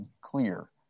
clear